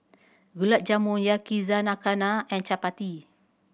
Gulab Jamun Yakizakana and Chapati